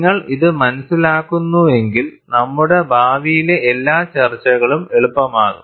നിങ്ങൾ ഇത് മനസിലാക്കുന്നുവെങ്കിൽ നമ്മുടെ ഭാവിയിലെ എല്ലാ ചർച്ചകളും എളുപ്പമാകും